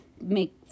make